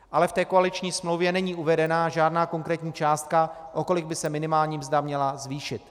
Ale v koaliční smlouvě není uvedena žádná konkrétní částka, o kolik by se minimální mzda měla zvýšit.